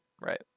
Right